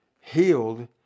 healed